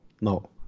no